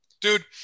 dude